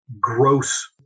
gross